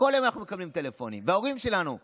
בכל יום אנחנו מקבלים טלפונים, ומספרי